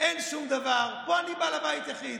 אין שום דבר, פה אני בעל בית יחיד.